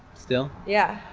still? yeah.